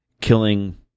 killing